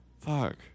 Fuck